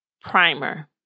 primer